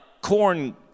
Corn